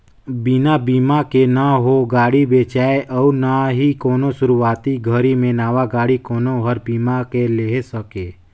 बिना बिमा के न हो गाड़ी बेचाय अउ ना ही कोनो सुरूवाती घरी मे नवा गाडी कोनो हर बीमा के लेहे सके